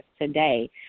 today